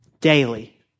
daily